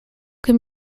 can